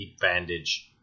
bandage